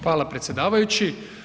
Hvala predsjedavajući.